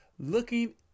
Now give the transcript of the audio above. looking